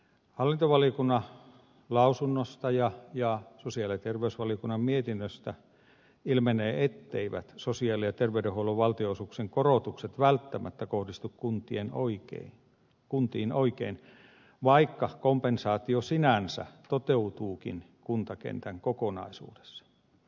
hallintovaliokunnan lausunnosta ja sosiaali ja terveysvaliokunnan mietinnöstä ilmenee etteivät sosiaali ja terveydenhuollon valtionosuuksien korotukset välttämättä kohdistu kuntiin oikein vaikka kompensaatio sinänsä toteutuukin kuntakentän kokonaisuudessa